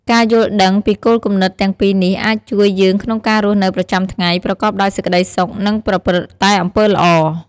ការយល់ដឹងពីគោលគំនិតទាំងពីរនេះ អាចជួយយើងក្នុងការរស់នៅប្រចាំថ្ងៃប្រកបដោយសេចក្តីសុខ និងប្រព្រឹត្តតែអំពើល្អ។